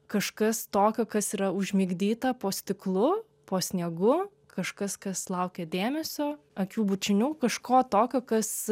kažkas tokio kas yra užmigdyta po stiklu po sniegu kažkas kas laukia dėmesio akių bučinių kažko tokio kas